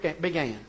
began